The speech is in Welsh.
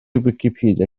wicipedia